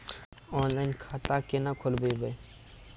Online खाता केना खोलभैबै?